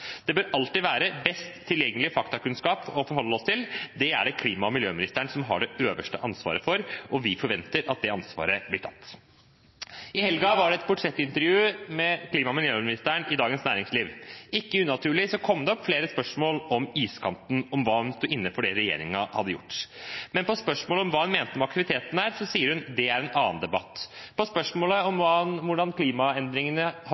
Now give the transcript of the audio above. bør alltid ha best tilgjengelig faktakunnskap å forholde oss til, og det er det klima- og miljøministeren som har det øverste ansvaret for. Vi forventer at det ansvaret blir tatt. I helgen var det et portrettintervju med klima- og miljøministeren i Dagens Næringsliv. Ikke unaturlig kom det opp flere spørsmål om iskanten og om hun sto inne for det regjeringen har gjort. Men på spørsmål om hva hun mente om aktiviteten der, sier hun: «Ja, men det er en annen debatt.» På spørsmål om hvordan klimaendringene har